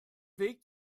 weg